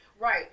Right